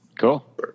Cool